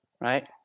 Right